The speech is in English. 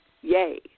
Yay